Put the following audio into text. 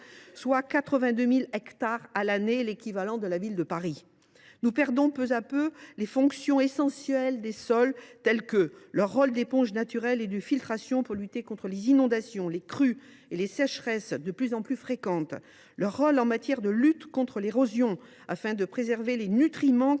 soit 82 000 hectares à l’année, l’équivalent de la ville de Paris ! Nous perdons peu à peu les fonctions essentielles des sols. Ils jouent un rôle d’éponge naturelle et de filtration pour lutter contre les inondations, les crues et les sécheresses de plus en plus fréquentes et permettent de lutter contre l’érosion afin de préserver les nutriments, lesquels